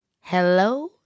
Hello